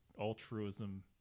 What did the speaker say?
altruism